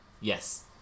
Yes